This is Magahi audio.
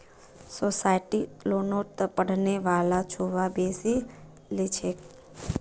सब्सिडाइज्ड लोनोत पढ़ने वाला छुआ बेसी लिछेक